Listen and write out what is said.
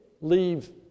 leave